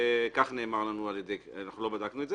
וכך נאמר לנו לא בדקנו את זה